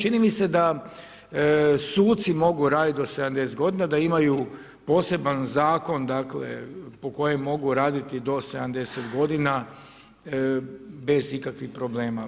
Čini mi da suci mogu raditi do 70 godina, da imaju poseban Zakon, dakle, po kojem mogu raditi do 70 godina bez ikakvih problema.